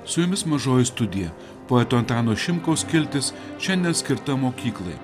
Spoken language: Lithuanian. su jumis mažoji studija poeto antano šimkaus skiltis šiandien skirta mokyklai